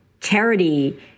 charity